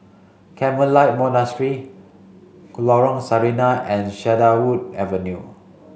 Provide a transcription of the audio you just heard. Carmelite Monastery Lorong Sarina and Cedarwood Avenue